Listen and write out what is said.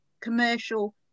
Commercial